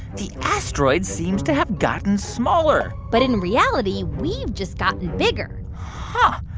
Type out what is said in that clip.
the asteroid seems to have gotten smaller but in reality, we've just gotten bigger huh.